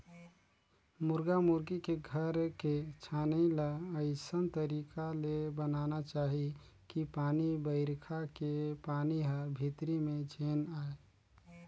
मुरगा मुरगी के घर के छानही ल अइसन तरीका ले बनाना चाही कि पानी बइरखा के पानी हर भीतरी में झेन आये